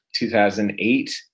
2008